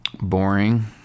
boring